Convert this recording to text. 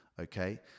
Okay